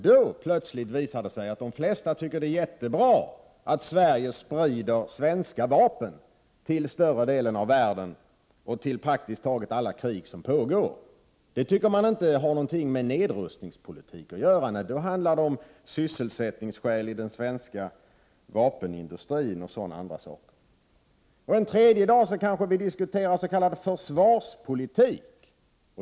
Då visar det sig plötsligt att de flesta tycker att det är mycket bra att Sverige sprider svenska vapen till större delen av världen och till praktiskt taget alla krig som pågår. Det tycker man inte har någonting med nedrustningspolitik att göra. Då handlar det om sysselsättningen i den svenska vapenindustrin. En tredje dag kanske vi diskuterar s.k. försvarspolitik.